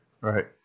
Right